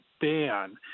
ban